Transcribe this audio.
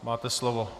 Máte slovo.